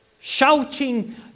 Shouting